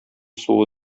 суы